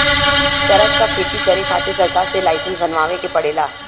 चरस क खेती करे खातिर सरकार से लाईसेंस बनवाए के पड़ेला